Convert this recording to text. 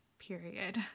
Period